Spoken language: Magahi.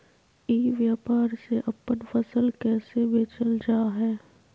ई व्यापार से अपन फसल कैसे बेचल जा हाय?